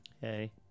hey